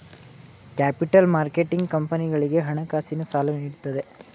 capital marketing ಕಂಪನಿಗಳಿಗೆ ಹಣಕಾಸಿನ ಸಾಲ ನೀಡುತ್ತದೆ